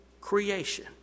creation